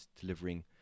delivering